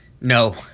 No